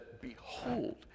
Behold